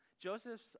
Joseph's